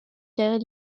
carrière